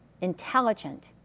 intelligent